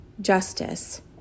justice